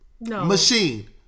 machine